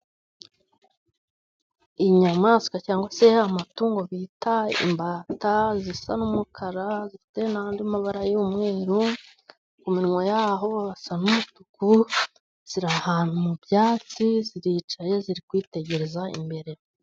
Inyamaswa cyangwa se ya matungo bita imbata zisa n'umukara zifite n'andi mabara y'umweru ku minwa yazo hasa n'umutuku. Ziri ahantu mu byatsi ziricaye ziri kwitegereza imbere.